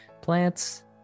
plants